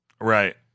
Right